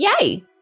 Yay